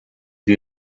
the